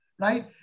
right